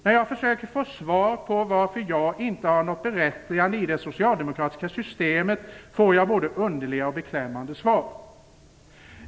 När jag försöker få svar på varför jag inte har något berättigande i det socialdemokratiska systemet får jag både underliga och beklämmande svar.